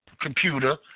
computer